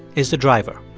is the driver.